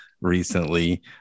recently